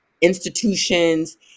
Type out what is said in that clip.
institutions